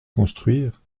construire